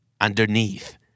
underneath